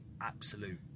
absolute